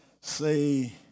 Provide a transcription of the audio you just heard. say